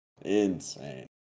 insane